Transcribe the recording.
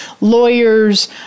lawyers